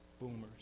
boomers